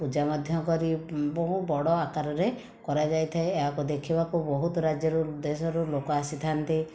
ପୂଜା ମଧ୍ୟ କରି ବହୁ ବଡ଼ ଆକାରରେ କରାଯାଇଥାଏ ଏହାକୁ ଦେଖିବାକୁ ବହୁତ ରାଜ୍ୟରୁ ଦେଶରୁ ଲୋକ ଆସିଥାନ୍ତି